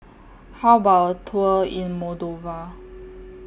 How about A Tour in Moldova